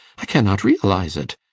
i cannot realise it!